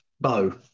Bo